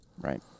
Right